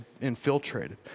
infiltrated